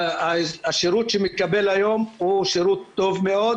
השירות שמקבל היום הוא שירות טוב מאוד